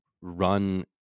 run